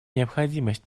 необходимость